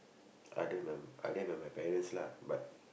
other than other than my parents lah but